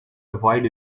avoid